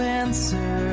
answer